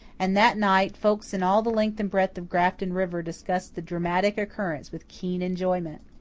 and that night folks in all the length and breadth of grafton river discussed the dramatic occurrence with keen enjoyment.